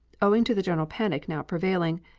owing to the general panic now prevailing,